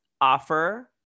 offer